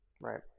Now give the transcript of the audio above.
right